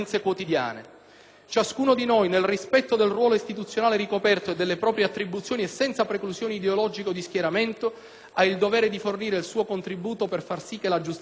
Ciascuno di noi, nel rispetto del ruolo istituzionale ricoperto e delle proprie attribuzioni e senza preclusioni ideologiche o di schieramento, ha il dovere di fornire il suo contributo per far sì che la giustizia sia migliore.